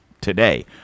today